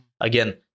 again